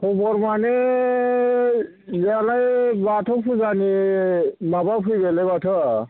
खबर माने दालाय बाथौ फुजानि माबा फैबायलाय माथो